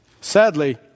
Sadly